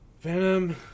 Venom